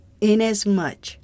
Inasmuch